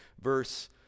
verse